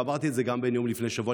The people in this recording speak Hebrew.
ואמרתי את זה גם בנאום לפני שבוע,